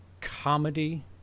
comedy